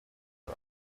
are